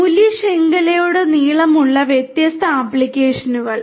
മൂല്യ ശൃംഖലയിലുടനീളമുള്ള വ്യത്യസ്ത ആപ്ലിക്കേഷനുകൾ